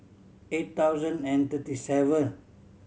eight thousand and thirty seven